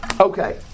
Okay